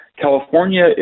California